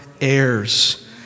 heirs